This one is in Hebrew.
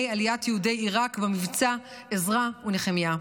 עליית יהודי עיראק במבצע עזרא ונחמיה.